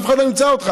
אף אחד לא ימצא אותך,